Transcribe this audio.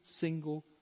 single